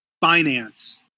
finance